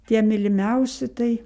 tie mylimiausi tai